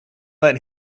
let